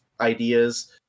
ideas